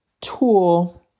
tool